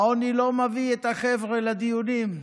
העוני לא מביא את החבר'ה לדיונים,